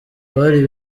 bari